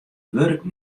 wurk